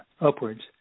upwards